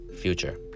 future